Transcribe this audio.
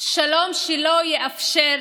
שלום שלא יאפשר